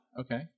Okay